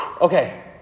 Okay